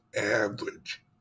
average